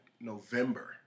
November